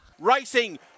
Racing